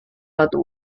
out